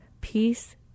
peace